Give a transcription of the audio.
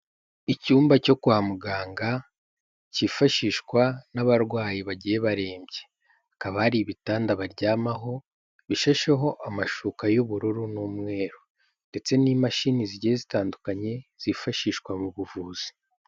Icyumba cyo kwa muganga cyifashishwa n'abarwayi bagiye barembye, hakaba hari ibitanda baryamaho, bishasheho amashuka y'ubururu n'umweru ndetse n'imashini zigiye zitandukanye zifashishwa mu buvuzi.